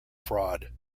fraud